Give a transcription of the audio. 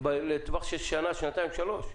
לטווח של שנה, שנתיים, שלוש.